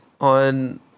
on